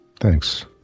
Thanks